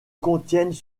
contiennent